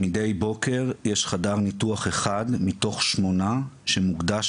מידי בוקר יש חדר ניתוח אחד מתוך שמונה שמוקדש